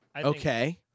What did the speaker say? Okay